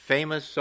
Famous